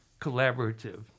Collaborative